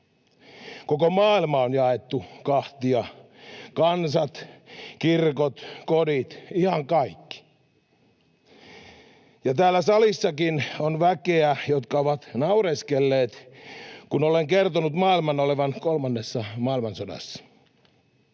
Koko maailma on jaettu kahtia: kansat, kirkot, kodit, ihan kaikki. Ja täällä salissakin on väkeä, jotka ovat naureskelleet, kun olen kertonut maailman olevan kolmannessa maailmansodassa.